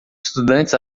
estudantes